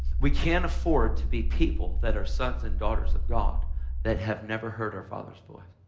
we can't afford to be people that are sons and daughters of god that have never heard our father's voice.